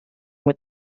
with